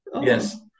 Yes